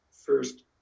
first